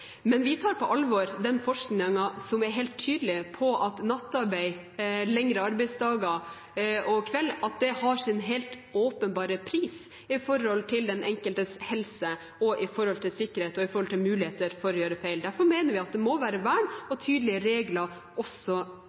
Men vi tar på alvor den forskningen som er helt tydelig på at nattarbeid, lengre arbeidsdager og kveld har sin helt åpenbare pris for den enkeltes helse, for sikkerhet og for muligheter for å gjøre feil. Derfor mener vi at det må være vern og tydelige regler også